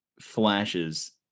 flashes